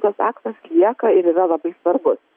tas aktas lieka ir yra labai svarbus